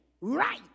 right